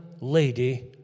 lady